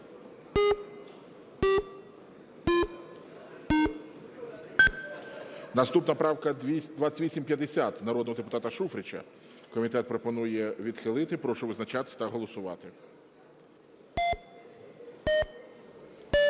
Наступна правка – 2850, народного депутата Шуфрича. Комітет пропонує відхилити. Прошу визначатись та голосувати.